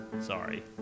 Sorry